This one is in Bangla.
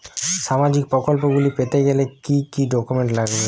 সামাজিক প্রকল্পগুলি পেতে গেলে কি কি ডকুমেন্টস লাগবে?